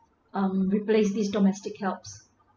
um replaced these domestic helps